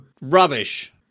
Rubbish